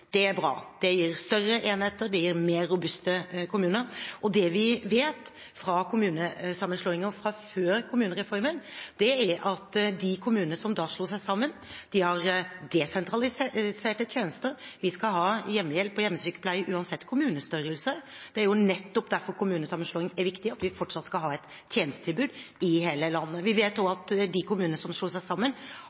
det vi vet fra kommunesammenslåinger fra før kommunereformen, er at de kommunene som slår seg sammen, har desentraliserte tjenester. Vi skal ha hjemmehjelp og hjemmesykepleie uansett kommunestørrelse. Det er jo nettopp derfor kommunesammenslåing er viktig: at vi fortsatt skal ha et tjenestetilbud i hele landet. Vi vet også at de kommunene som slår seg sammen,